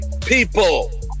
people